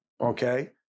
okay